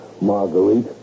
Marguerite